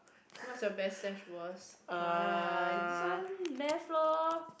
what's your best slash worse !huh! this one math lor